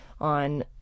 on